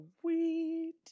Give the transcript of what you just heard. sweet